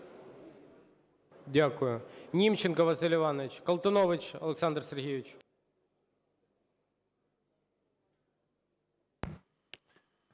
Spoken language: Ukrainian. Дякую. Німченко Василь Іванович. Колтунович Олександр Сергійович.